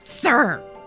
sir